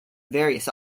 various